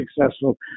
successful